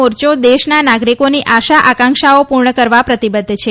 મોરચો દેશના નાગરીકોની આશા આકાંક્ષાઓ પૂર્ણ કરવા પ્રતિબદ્ધ છે